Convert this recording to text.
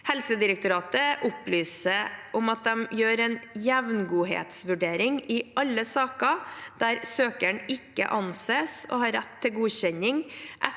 Helsedirektoratet opplyser om at de gjør en jevngodhetsvurdering i alle saker der søkeren ikke anses å ha rett til godkjenning